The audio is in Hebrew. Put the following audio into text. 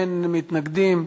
אין מתנגדים,